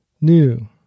new